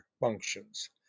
functions